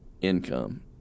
income